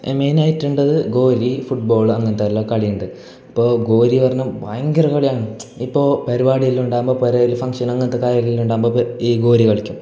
മെയ്നായിട്ടുള്ളത് ഗോലി ഫുട്ബോൾ അങ്ങനത്തെയെല്ല കളി ഉണ്ട് ഇപ്പോൾ ഗോലി പറഞ്ഞ ഭയങ്കര കളിയാണ് ഇപ്പോൾ പരിപാടി എല്ലാം ഉണ്ടാകുമ്പോൾ പുരയിൽ ഫങ്ഷൻ അങ്ങനത്തെ കാര്യമെല്ലാം ഉണ്ടാകുമ്പോൾ പെ ഈ ഗോലി കളിക്കും